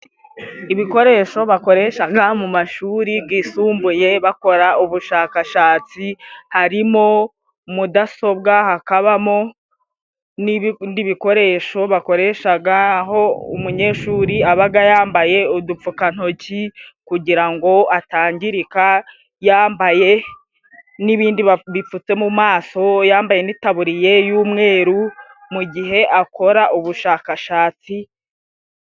Ibikoresho bakoreshaga mu mashuri gisumbuye bakora ubushakashatsi, harimo mudasobwa, hakabamo n'ibindi bikoresho bakoreshaga, aho umunyeshuri abaga yambaye udupfukantoki kugira ngo atangirika, yambaye n'ibindi bipfutse mu maso, yambaye itaburiye y'umweru mu gihe akora ubushakashatsi.